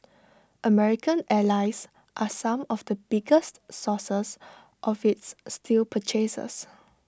American allies are some of the biggest sources of its steel purchases